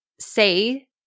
Say